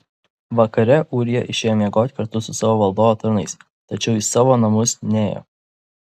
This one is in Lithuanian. vakare ūrija išėjo miegoti kartu su savo valdovo tarnais tačiau į savo namus nėjo